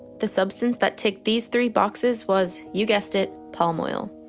the substance that ticked these three boxes was you guessed it, palm oil.